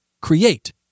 create